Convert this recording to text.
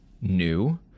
new